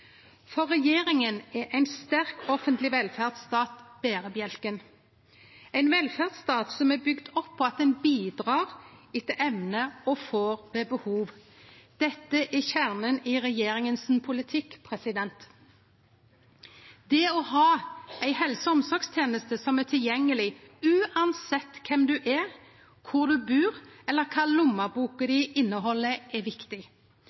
For regjeringa er ein sterk offentleg velferdsstat berebjelken, ein velferdsstat som er bygd opp på at ein bidreg etter evne og får ved behov. Dette er kjernen i politikken til regjeringa. Det å ha ei helse- og omsorgsteneste som er tilgjengeleg uansett kven du er, kvar du bur, eller kva lommeboka di inneheld, er viktig.